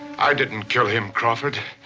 i didn't kill him, crawford.